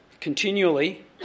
continually